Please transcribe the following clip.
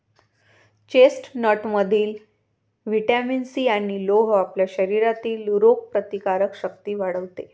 चेस्टनटमधील vitamin C आणि लोह आपल्या शरीरातील रोगप्रतिकारक शक्ती वाढवते